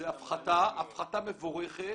זו הפחתה, הפחתה מבורכת,